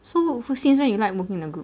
so who since when you like working in a group